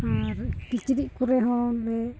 ᱟᱨ ᱠᱤᱪᱨᱤᱡ ᱠᱚᱨᱮ ᱦᱚᱸᱞᱮ